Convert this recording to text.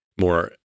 more